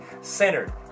centered